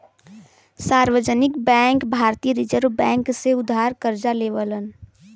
सार्वजनिक बैंक भारतीय reserve bank से उधार करजा लेवलन